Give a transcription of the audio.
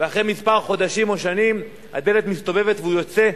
ואחרי כמה חודשים או שנים הדלת מסתובבת והוא יוצא.